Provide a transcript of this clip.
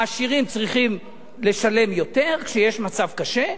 העשירים צריכים לשלם יותר כשיש מצב קשה.